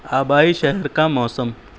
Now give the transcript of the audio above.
آبائی شہر کا موسم